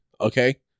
okay